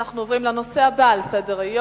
אנחנו עוברים לנושא הבא על סדר-היום: